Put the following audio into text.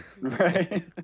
Right